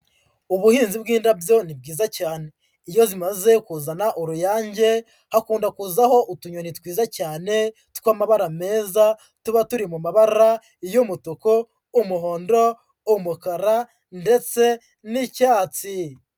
Ubuhinzi bw'indabyo ni bwiza cyane, iyo zimaze kuzana uruyange, hakunda kuzaho utunyoni twiza cyane tw'amabara meza, tuba turi mu mabara y'umutuku, umuhondo, umukara ndetse n'icyatsi.